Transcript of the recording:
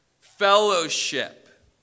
fellowship